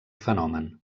fenomen